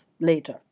later